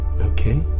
Okay